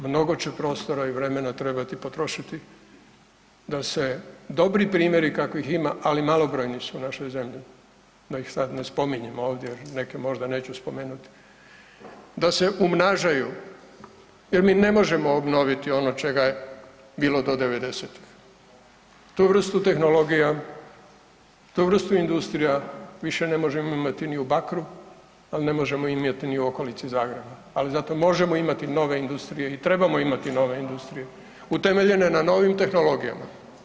Mnogo će prostora i vremena trebati potrošiti da se dobri primjeri kakvih ima, ali malobrojni su u našoj zemlji da ih sad ne spominjem ovdje jer neke možda neću spomenuti, da se umnažaju jer mi ne možemo obnoviti ono čega je bilo do '90.-te, tu vrstu tehnologija, tu vrsta industrija više ne možemo imati ni u Bakru, al ne možemo imati ni u okolici Zagreba, ali zato možemo imati nove industrije i trebamo imati nove industrije utemeljene na novim tehnologijama.